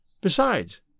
Besides